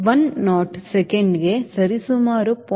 1 knot ಸೆಕೆಂಡಿಗೆ ಸರಿಸುಮಾರು 0